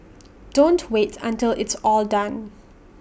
don't wait until it's all done